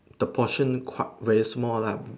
the portion quite very small lah